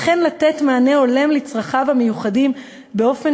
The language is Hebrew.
"וכן לתת מענה הולם לצרכיו המיוחדים באופן